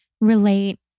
relate